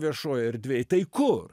viešojoj erdvėj tai kur